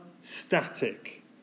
static